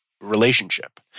relationship